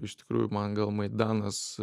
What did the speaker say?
iš tikrųjų man gal maidanas